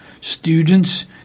students